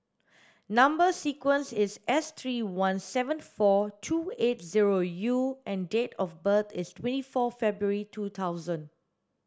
number sequence is S three one seven four two eight zero U and date of birth is twenty four February two thousand